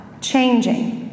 changing